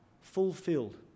fulfilled